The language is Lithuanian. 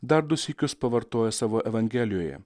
dar du sykius pavartoja savo evangelijoje